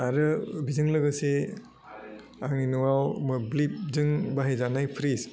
आरो बिजों लोगोसे आंनि नवाव मोब्लिबजों बाहायजानाय प्रिस